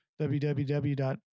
www